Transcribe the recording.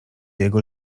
jego